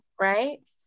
right